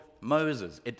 Moses